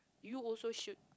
you also should